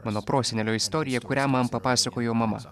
mano prosenelio istorija kurią man papasakojo mama